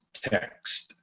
text